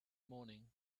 morning